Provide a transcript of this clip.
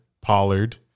Pollard